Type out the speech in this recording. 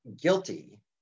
guilty